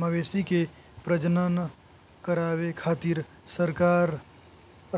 मवेशी के प्रजनन करावे खातिर सरकार